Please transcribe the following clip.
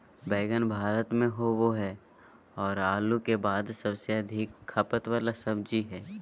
बैंगन भारत में होबो हइ और आलू के बाद सबसे अधिक खपत वाला सब्जी हइ